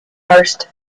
karst